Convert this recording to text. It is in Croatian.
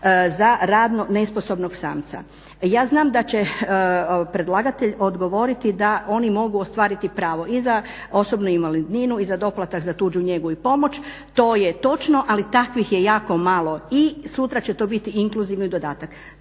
za radno nesposobnog samca. Ja znam da će predlagatelj odgovoriti da oni mogu ostvariti pravo i za osobnu invalidninu i za doplatak za tuđu njegu i pomoć. to je točno ali takvih je jako malo i sutra će to biti inkluzivni dodatak,